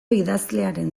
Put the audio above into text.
idazlearen